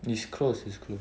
it's close it's close